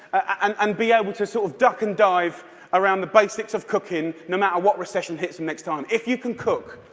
um and be able to sort of duck and dive around the basics of cooking, no matter what recession hits them next time. if you can cook,